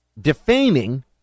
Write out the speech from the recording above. defaming